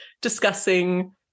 discussing